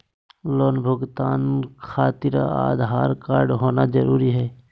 Loan भुगतान खातिर Aadhaar card होना जरूरी है?